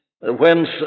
Whence